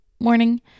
morning